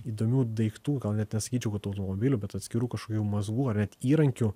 įdomių daiktų gal net nesakyčiau kad automobilių bet atskirų kažkokių mazgų ar net įrankių